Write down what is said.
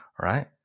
right